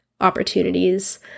opportunities